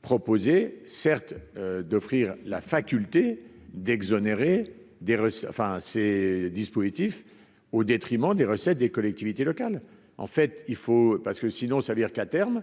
Proposez certes d'offrir la faculté d'exonérer des enfin ces dispositifs au détriment des recettes des collectivités locales en fait il faut parce que sinon ça veut dire qu'à terme,